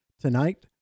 Tonight